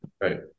Right